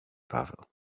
paweł